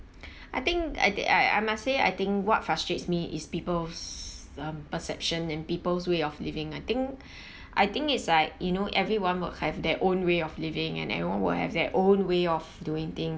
I think I did I I must say I think what frustrates me is people's um perception and people's way of living I think I think it's like you know everyone would have their own way of living and everyone will have their own way of doing things